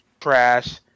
trash